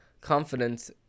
Confidence